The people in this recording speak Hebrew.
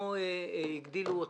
לא הגדילו אותה,